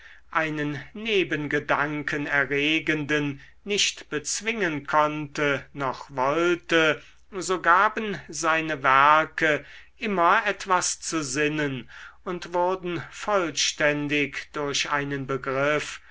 einen nebengedanken erregenden nicht bezwingen konnte noch wollte so gaben seine werke immer etwas zu sinnen und wurden vollständig durch einen begriff